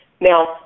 Now